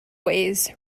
ways